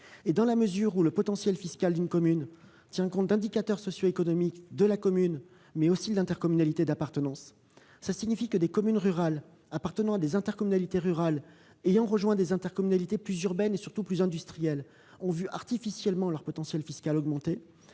Dans la mesure où le potentiel fiscal d'une commune tient compte d'indicateurs socio-économiques de la commune, mais aussi de l'intercommunalité d'appartenance, des communes rurales appartenant à des intercommunalités rurales ayant rejoint des intercommunalités plus urbaines et, surtout, plus industrielles ont vu leur potentiel fiscal augmenter